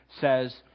says